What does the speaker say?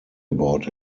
about